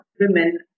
women